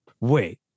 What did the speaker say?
wait